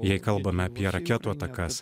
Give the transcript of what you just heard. jei kalbame apie raketų atakas